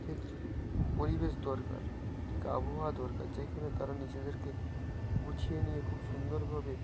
ঠিক পরিবেশ দরকার ঠিক আবহাওয়া দরকার যেইখানে তাদের নিজেদেরকে গুছিয়ে নিয়ে খুব সুন্দরভাবে